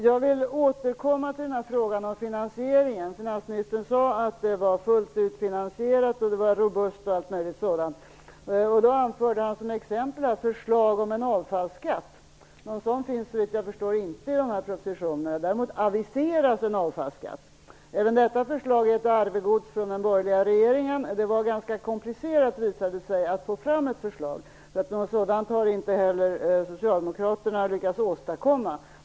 Jag vill återkomma till frågan om finansieringen. Finansministern sade att allt var fullt ut finansierat, att det var robust och allt möjligt sådant. Han anförde som exempel ett förslag om en avfallsskatt. Någon sådan finns såvitt jag förstår inte i de här propositionerna. Däremot aviseras en avfallsskatt. Även detta förslag är ett arvegods från den borgerliga regeringen. Det var ganska komplicerat att få fram ett förslag, visade det sig, så något sådant har inte heller socialdemokraterna lyckats åstadkomma.